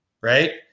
right